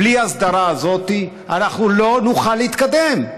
בלי ההסדרה הזאת אנחנו לא נוכל להתקדם.